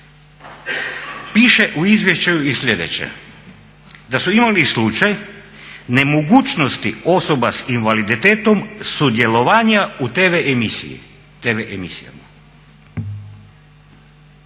Piše u izvješću i sljedeće, da su imali slučaj nemogućnosti osoba s invaliditetom sudjelovanja u tv emisiji,